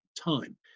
time